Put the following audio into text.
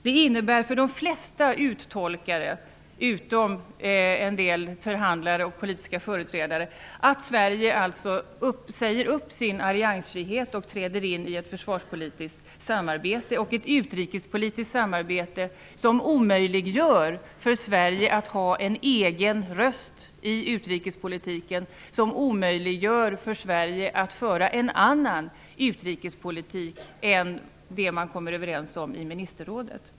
Det innebär för de flesta uttolkare -- utom en del förhandlare och politiska företrädare -- att Sverige säger upp sin alliansfrihet och träder in i ett försvarspolitiskt och ett utrikespolitiskt samarbete som omöjliggör en egen röst för Sverige i utrikespolitiken. Det omöjliggör även för Sverige att föra en annan utrikespolitik än den man kommer överens om i ministerrådet.